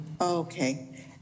Okay